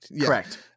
Correct